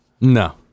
No